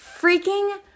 freaking